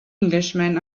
englishman